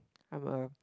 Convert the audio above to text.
I'm a